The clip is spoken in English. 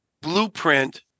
blueprint